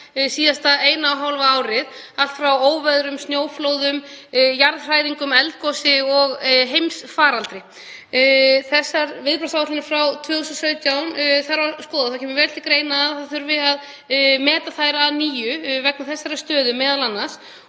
síðasta eina og hálfa árið, allt frá óveðrum, snjóflóðum, jarðhræringum, eldgosi og heimsfaraldri. Þessar viðbragðsáætlanir frá 2017 þarf að skoða og það kemur vel til greina að meta þurfi þær að nýju, m.a. vegna stöðunnar